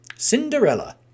Cinderella